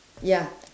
ya